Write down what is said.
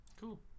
cool